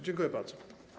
Dziękuję bardzo.